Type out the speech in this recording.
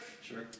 Sure